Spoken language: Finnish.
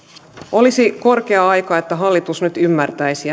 olisi korkea aika että hallitus nyt ymmärtäisi